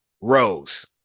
Rose